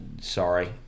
sorry